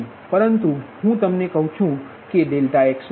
અહીં પરંતુ હું તમને કહું છું કે ∆x1 ∆x2